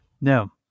No